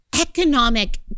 economic